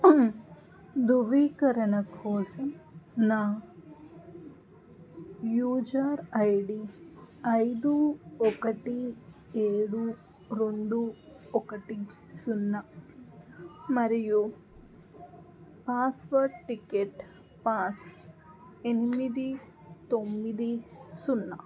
ధృవీకరణ కోసం నా యూజర్ ఐ డీ ఐదు ఒకటి ఏడు రెండు ఒకటి సున్నా మరియు పాస్వర్డ్ టికెట్ పాస్ ఎనిమిది తొమ్మిది సున్నా